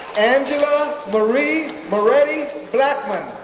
angela marie moretti blackmon,